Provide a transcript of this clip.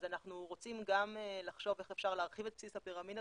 אז אנחנו רוצים גם לחשוב איך אפשר להרחיב את בסיס הפירמידה,